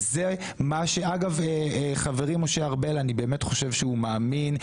אני חושב שחברי משה ארבל הוא מאמין,